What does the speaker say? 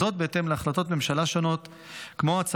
וזאת בהתאם להחלטות ממשלה שונות,